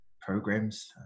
programs